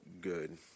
good